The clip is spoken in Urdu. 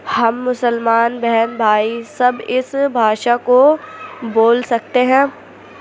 ہم مسلمان بہن بھائی سب اس بھاشا کو بول سکتے ہیں